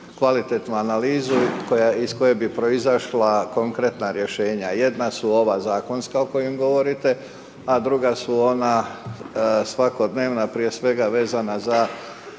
kvalitetnu analizu iz koje bi proizašla konkretna rješenja. Jedna su ova zakonska o kojim govorite, a druga su ona svakodnevna prije svega vezana za